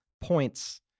points